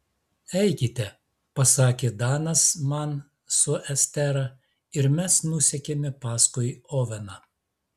eikite pasakė danas man su estera ir mes nusekėme paskui oveną